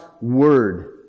Word